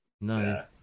No